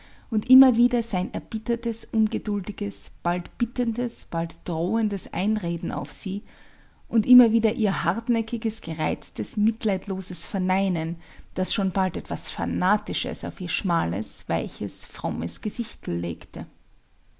und immer wieder sein erbittertes ungeduldiges bald bittendes bald drohendes einreden auf sie und immer wieder ihr hartnäckiges gereiztes mitleidloses verneinen das schon bald etwas fanatisches auf ihr schmales weiches frommes gesichtel legte